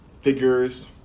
figures